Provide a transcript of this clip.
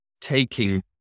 taking